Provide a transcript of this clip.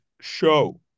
show